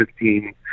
15